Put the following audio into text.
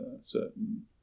certain